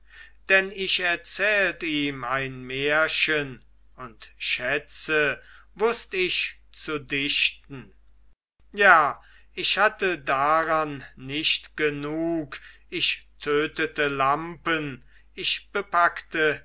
denn ich erzählt ihm ein märchen und schätze wußt ich zu dichten ja ich hatte daran nicht genug ich tötete lampen ich bepackte